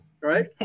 right